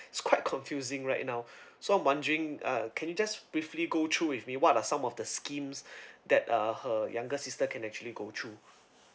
it's quite confusing right now so I'm wondering uh can you just briefly go through with me what are some of the schemes that uh her younger sister can actually go through